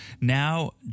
now